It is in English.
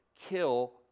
kill